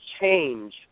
change